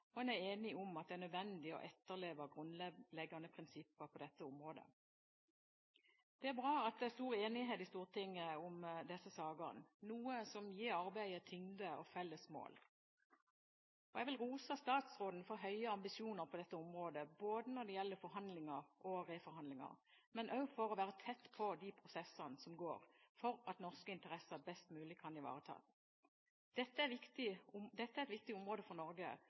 og en enighet om at det er nødvendig å etterleve grunnleggende prinsipper på dette området. Det er bra at det er stor enighet i Stortinget om disse sakene, noe som gir arbeidet tyngde og felles mål. Jeg vil rose statsråden for høye ambisjoner på dette området, når det gjelder forhandlinger og reforhandlinger, men også for å være tett på de prosessene som går, for at norske interesser best mulig kan ivaretas. Dette er et viktig område for Norge